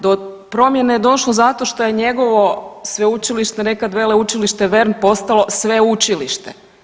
Do promjene je došlo zato što je njegovo sveučilište, nekad Veleučilište Vern postalo sveučilište.